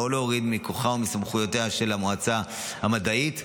להוריד מכוחה ומסמכויותיה של המועצה המדעית.